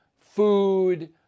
food